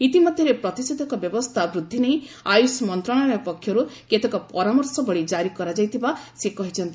ଇତିମଧ୍ୟରେ ପ୍ରତିଷେଧକ ବ୍ୟବସ୍ଥା ବୃଦ୍ଧି ନେଇ ଆୟୁଷ ମନ୍ତ୍ରଣାଳୟ ପକ୍ଷରୁ କେତେକ ପରାମର୍ଶବଳୀ ଜାରି କରାଯାଇଥିବା ସେ କହିଛନ୍ତି